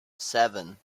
seven